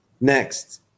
Next